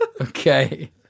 okay